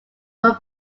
were